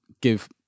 give